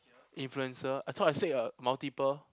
influencer I thought I said a multiple